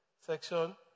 section